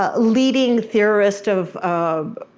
ah leading theorist of of